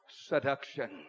seduction